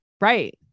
Right